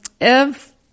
Ev